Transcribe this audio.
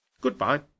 Goodbye